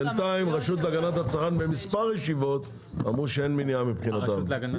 בינתיים הרשות להגנת הצרכן במספר ישיבות אמרו שאין מניעה מבחינתם.